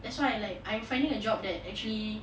that's why I like I'm finding a job that actually